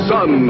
Son